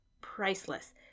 priceless